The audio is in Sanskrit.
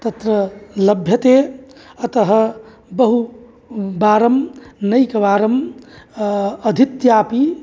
तत्र लभ्यते अतः बहुवारम् नैकवारं अधीत्यापि